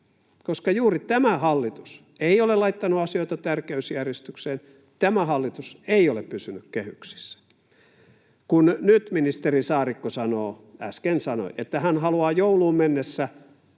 koska juuri tämä hallitus ei ole laittanut asioita tärkeysjärjestykseen, tämä hallitus ei ole pysynyt kehyksissä. Kun nyt ministeri Saarikko sanoo — äsken sanoi — että hän haluaa jouluun mennessä